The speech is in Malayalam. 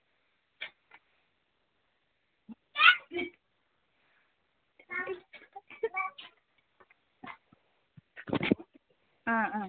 ആ ആ